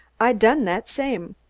i done that same.